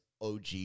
OG